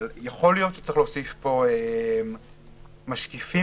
יכול להיות שצריך להוסיף בסעיף הזה משקיפים